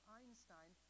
Einstein